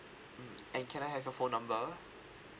mm and can I have your phone number